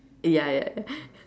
ya ya ya